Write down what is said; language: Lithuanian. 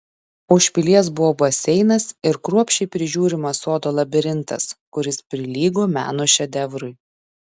už pilies buvo baseinas ir kruopščiai prižiūrimas sodo labirintas kuris prilygo meno šedevrui